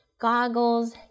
goggles